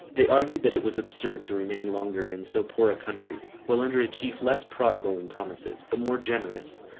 they argued that it was absurd to remain longer in so poor a country, while under a chief less prodigal in promises, but more generous,